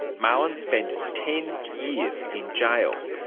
marlon spent ten years in jail.